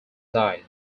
died